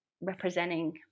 representing